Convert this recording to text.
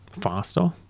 faster